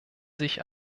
sich